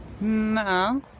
No